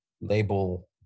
label